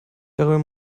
darüber